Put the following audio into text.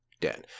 Dan